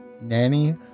Nanny